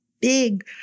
big